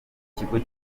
ikigo